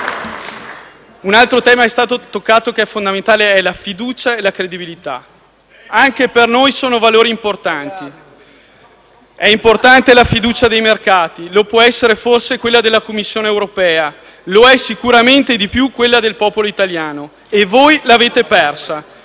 fondamentale che è stato toccato concerne la fiducia e la credibilità: anche per noi sono valori importanti. È importante la fiducia dei mercati; può esserlo, forse, quella della Commissione europea; lo è sicuramente di più quella del popolo italiano, e voi l'avete persa.